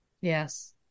Yes